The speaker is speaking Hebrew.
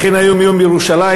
אכן היום יום ירושלים,